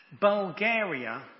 Bulgaria